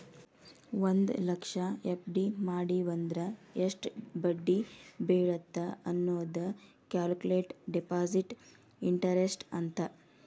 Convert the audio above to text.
ಒಂದ್ ಲಕ್ಷ ಎಫ್.ಡಿ ಮಡಿವಂದ್ರ ಎಷ್ಟ್ ಬಡ್ಡಿ ಬೇಳತ್ತ ಅನ್ನೋದ ಕ್ಯಾಲ್ಕುಲೆಟ್ ಡೆಪಾಸಿಟ್ ಇಂಟರೆಸ್ಟ್ ಅಂತ